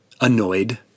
annoyed